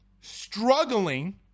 struggling –